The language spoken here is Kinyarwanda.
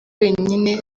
wenyine